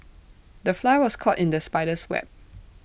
the fly was caught in the spider's web